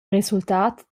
resultat